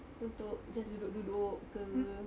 untuk just duduk duduk ke